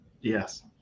Yes